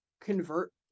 convert